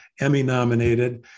Emmy-nominated